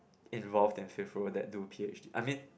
involve in fifth row that do P_H_D I mean